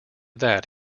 that